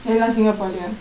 எல்லா:ellaa singkapore ah